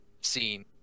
scene